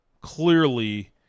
clearly